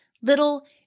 little